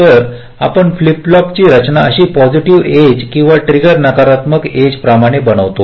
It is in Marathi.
तर आपण फ्लिप फ्लॉपची रचना अशा पॉसिटीव्ह एज किंवा ट्रिगर नकारात्मक एज प्रमाणे बनवतो